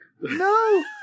No